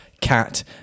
cat